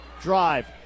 drive